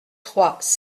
trois